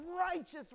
righteous